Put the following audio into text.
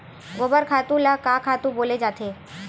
गोबर खातु ल का खातु बोले जाथे?